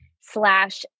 slash